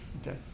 Okay